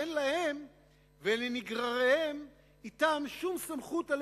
אין להם ולהנגררים אתם שום סמכות על